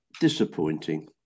Disappointing